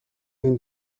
این